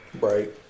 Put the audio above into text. Right